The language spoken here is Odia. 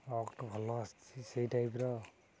ଭଲ ଆସିଛି ସେଇ ଟାଇପ୍ର